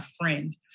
friend